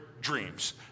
dreams